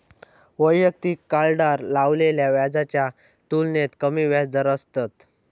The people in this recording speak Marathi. वैयक्तिक कार्डार लावलेल्या व्याजाच्या तुलनेत कमी व्याजदर असतत